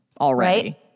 already